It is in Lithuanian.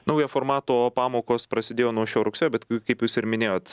naujo formato pamokos prasidėjo nuo šio rugsėjo bet kaip jūs ir minėjot